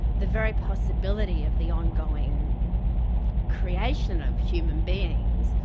the very possibility of the ongoing creation of human beings,